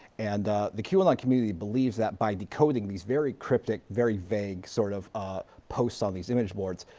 and the qanon like community believes that by decoding these very cryptic, very vague sort of posts on these image boards,